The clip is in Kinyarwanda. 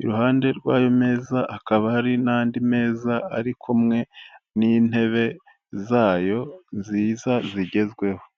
iruhande rw'ayo meza hakaba hari n'andi meza ari kumwe n'intebe zayo nziza zigezweho.